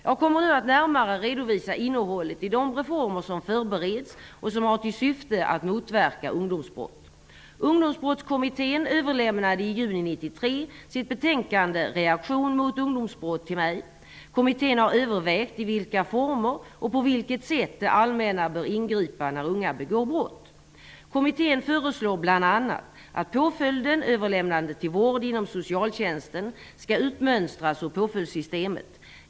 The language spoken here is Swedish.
Jag kommer nu att närmare redovisa innehållet i de reformer som förbereds och som har till syfte att motverka ungdomsbrott. sitt betänkande Reaktion mot ungdomsbrott till mig. Kommittén har övervägt i vilka former och på vilket sätt det allmänna bör ingripa när unga begår brott. Kommittén föreslår bl.a. att påföljden överlämnande till vård inom socialtjänsten skall utmönstras ur påföljdssystemet.